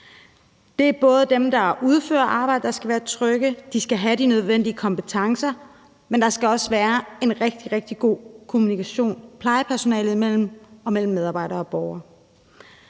Det er både dem, der udfører arbejdet, der skal være trygge – de skal have de nødvendige kompetencer – men det er også trygheden ved, at der er en rigtig, rigtig god kommunikation plejepersonalet imellem og mellem medarbejder og borger.